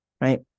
right